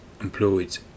employed